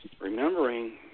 Remembering